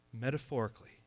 Metaphorically